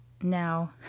Now